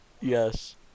yes